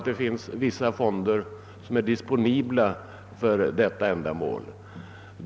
Det finns vissa fonder som är disponibla för detta ändamål.